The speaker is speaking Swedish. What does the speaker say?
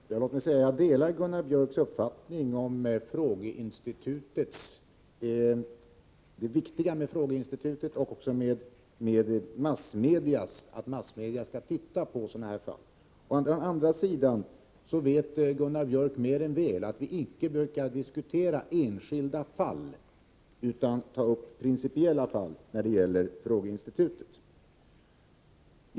Herr talman! Låt mig säga att jag delar Gunnar Biörcks i Värmdö uppfattning om det viktiga med frågeinstitutet och också att massmedia skall titta på sådana här fall. Å andra sidan vet Gunnar Biörck mer än väl att vi inom frågeinstitutets ram inte brukar ta upp enskilda fall utan i stället diskutera principer.